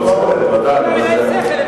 אם היה להם שכל, הם, את זה.